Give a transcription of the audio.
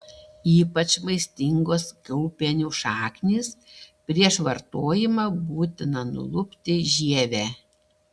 ypač maistingos kiaulpienių šaknys prieš vartojimą būtina nulupti žievę